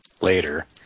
Later